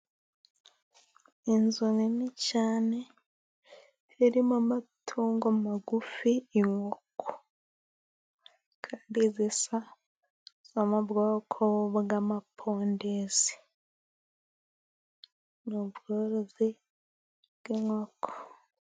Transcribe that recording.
Inzu nini cyane, zirimo amatungo magufi y'inkoko. Kandi zisa zo mu bwoko bw'amapondezi. Ni bworozi bw'inkoko.